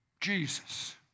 Jesus